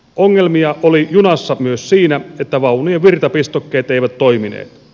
ongelmia oli junassa myös siinä että vaunujen virtapistokkeet eivät toimineet